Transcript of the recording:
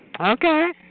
Okay